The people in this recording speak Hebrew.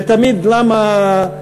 ותמיד למה,